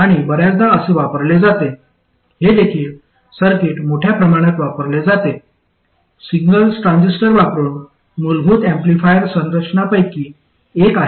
आणि बर्याचदा असे वापरले जाते हे देखील सर्किट मोठ्या प्रमाणात वापरले जाते सिंगल ट्रान्झिस्टर वापरुन मूलभूत एम्पलीफायर संरचनांपैकी एक आहे